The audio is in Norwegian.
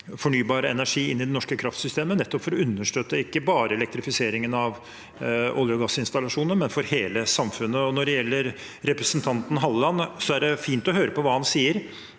fornybar energi inn i det norske kraftsystemet, nettopp for å understøtte ikke bare elektrifiseringen av olje- og gassinstallasjoner, men for hele samfunnets skyld. Når det gjelder representanten Halleland, er det fint å høre på hva han sier,